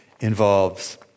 involves